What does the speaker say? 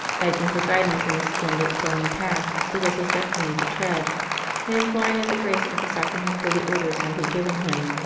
begging for guidance in the splendid, thorny path it was his destiny to tread, and imploring that the grace of the sacrament of holy orders might be given him,